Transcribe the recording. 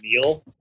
meal